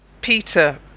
Peter